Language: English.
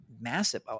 massive